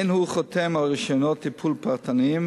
אין הוא חותם על רשיונות טיפול פרטניים